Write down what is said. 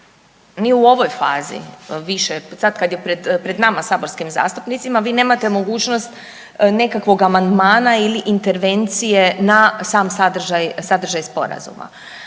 Ni u ovoj fazi, više, sad kada je pred nama saborskim zastupnicima, vi nemate mogućnost nekakvog amandmana ili intervencije na sam sadržaj Sporazuma.